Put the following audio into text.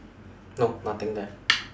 no nothing there